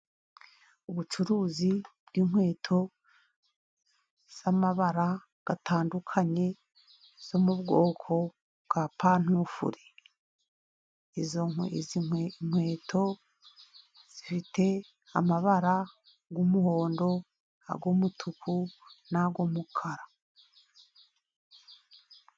Ubucuruzi bw'inkweto z'amabara atandukanye, zo mu bwoko bwa pantufule. Izo nkweto zifite amabara y'umuhondo , umutuku ,n'umukara.